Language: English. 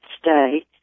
stay